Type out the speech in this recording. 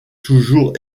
toujours